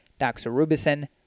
doxorubicin